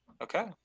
Okay